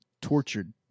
tortured